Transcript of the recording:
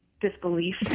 disbelief